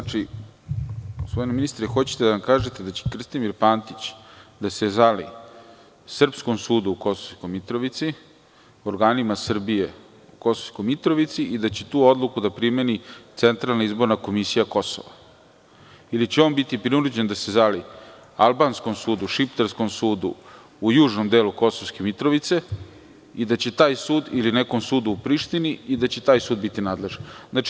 Znači gospodine ministre, hoćete da nam kažete da će Krstimir Pantić da se žali srpskom sudu u Kosovskoj Mitrovici, organima Srbije u Kosovskoj Mitrovici i da će tu odluku da primeni Centralna izborna komisija Kosova ili će on biti prinuđen da se žali šiptarskom sudu u južnom delu Kosovske Mitrovice i da će tom sudu ili nekom sudu u Prištini i da će taj sud biti nadležan?